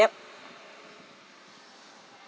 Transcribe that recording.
yup